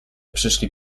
przyszli